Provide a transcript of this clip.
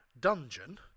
dungeon